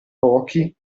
pochi